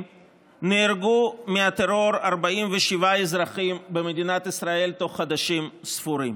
נהרגו מהטרור 47 אזרחים במדינת ישראל בתוך חודשים ספורים.